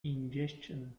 ingestion